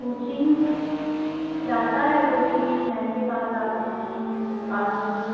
coaching जाता है coaching एक मैम के पास जाते हैं यहीं पास में ही